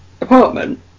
apartment